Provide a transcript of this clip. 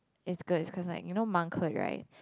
it's good cause like you know monkhood right